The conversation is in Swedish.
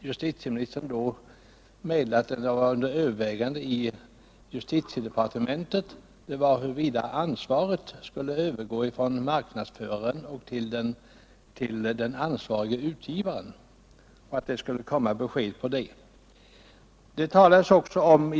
Justitieministern meddelade då att frågan huruvida ansvaret skulle övergå från marknadsföraren till den ansvarige utgivaren var under övervägande i justitiedepartementet och att det skulle komma besked i saken.